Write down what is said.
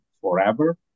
forever